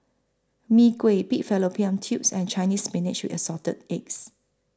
Mee Kuah Pig Fallopian Tubes and Chinese Spinach with Assorted Eggs